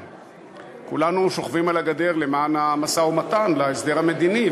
כולנו שוכבים על הגדר למען המשא-ומתן להסדר המדיני,